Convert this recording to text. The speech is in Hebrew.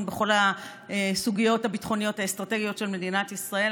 בכל הסוגיות הביטחוניות האסטרטגיות של מדינת ישראל.